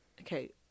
Okay